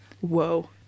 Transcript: whoa